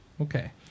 okay